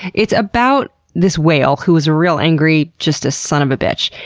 it's about this whale who was a real angry, just a son of a bitch,